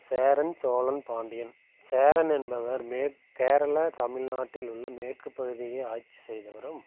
சேரன் சோழன் பாண்டியன் சேரன் என்பவர் மே கேரள தமிழ்நாட்டில் உள்ள மேற்கு பகுதியை ஆட்சி செய்தவரும்